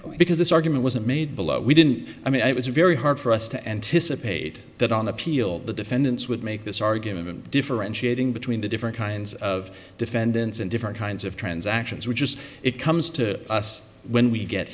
because this argument was made below we didn't i mean it was a very hard for us to anticipate that on appeal the defendants would make this argument differentiating between the different kinds of defendants and different kinds of transactions which is it comes to us when we get